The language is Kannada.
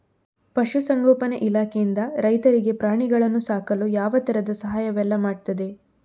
ಪಶುಸಂಗೋಪನೆ ಇಲಾಖೆಯಿಂದ ರೈತರಿಗೆ ಪ್ರಾಣಿಗಳನ್ನು ಸಾಕಲು ಯಾವ ತರದ ಸಹಾಯವೆಲ್ಲ ಮಾಡ್ತದೆ?